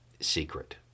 secret